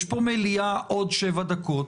יש פה מליאה עוד שבע דקות.